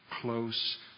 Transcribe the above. close